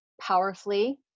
powerfully